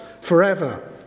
forever